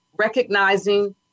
recognizing